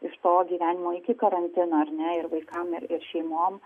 iš to gyvenimo iki karantino ar ne ir vaikam ir šeimom